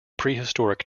prehistoric